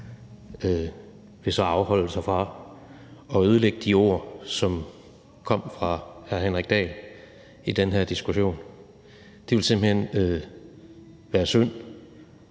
vil afholde sig fra at ødelægge de ord, som kom fra hr. Henrik Dahl i den her diskussion. Det vil simpelt hen være synd